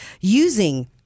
using